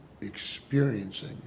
experiencing